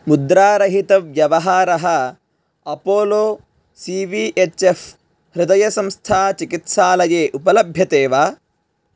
मुद्रारहितव्यवहारः Apollo C V H F हृदयसंस्थाचिकित्सालये उपलभ्यते वा